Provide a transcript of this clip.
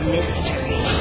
Mystery